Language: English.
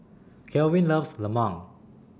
Kelvin loves Lemang